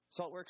Saltworks